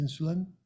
insulin